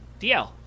DL